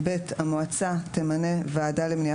לפי חוק הספורט פועלת מועצה לאומית לספורט,